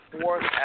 fourth